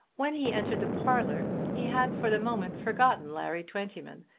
when he entered the parlour he had for the moment forgotten larry twentyman,